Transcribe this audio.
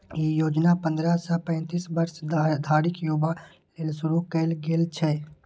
ई योजना पंद्रह सं पैतीस वर्ष धरिक युवा लेल शुरू कैल गेल छै